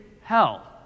hell